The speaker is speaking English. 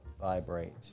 vibrate